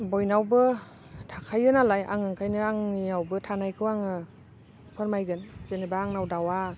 बयनावबो थाखायो नालाय आं ओंखायनो आंनियावबो थानायखौ आङो फोरमायगोन जेनेबा आंनाव दाउआ